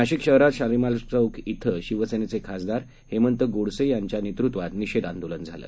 नाशिक शहरात शालिमार चौक इथं शिवसेनेचे खासदार हेमंत गोडसे यांच्या नेतृत्वात निषेध आंदोलन झालं